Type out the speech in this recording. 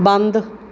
ਬੰਦ